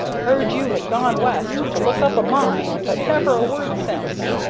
heard you had gone west to look up a mine, but never a word since.